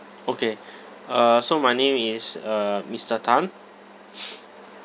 okay uh so my name is uh mister tan